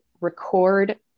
record